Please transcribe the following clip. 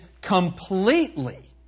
completely